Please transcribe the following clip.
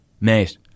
mate